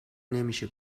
نمیشه